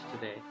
today